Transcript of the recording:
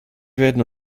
werden